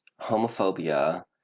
homophobia